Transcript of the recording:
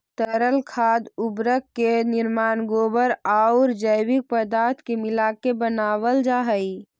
तरल खाद उर्वरक के निर्माण गोबर औउर जैविक पदार्थ के मिलाके बनावल जा हई